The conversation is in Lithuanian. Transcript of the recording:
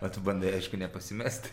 o tu bandai aišku nepasimesti